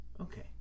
Okay